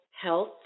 health